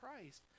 christ